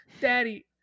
daddy